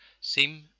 seem